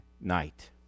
night